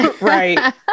Right